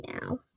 now